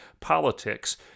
politics